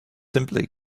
simply